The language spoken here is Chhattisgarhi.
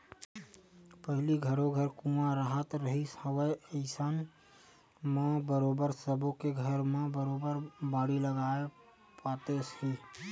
पहिली घरो घर कुँआ राहत रिहिस हवय अइसन म बरोबर सब्बो के घर म बरोबर बाड़ी लगाए पातेस ही